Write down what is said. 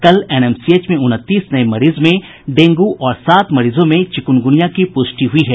कल एनएमसीएच में उनतीस नये मरीज में डेंगू और सात मरीजों में चिकुनगुनिया की पुष्टि हुई है